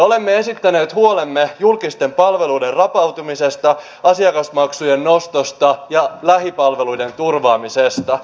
olemme esittäneet huolemme julkisten palveluiden rapautumisesta asiakasmaksujen nostosta ja lähipalveluiden turvaamisesta